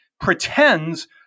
pretends